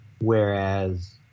whereas